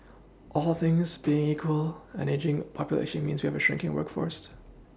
all things being equal an ageing population means that we have a shirking workforce